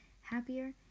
happier